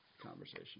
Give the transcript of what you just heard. Conversation